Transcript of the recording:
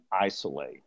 isolate